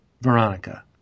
veronica